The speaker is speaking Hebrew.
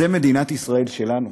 זאת מדינת ישראל שלנו,